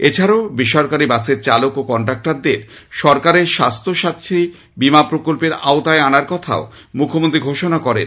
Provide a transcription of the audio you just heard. এছাড়া বেসরকারি বাসের চালক ও কন্ডাক্টারদের সরকারের স্বাস্থ্য সাথী বীমা প্রকল্পের আওতায় আনার কথাও মুখ্যমন্ত্রী ঘোষণা করেন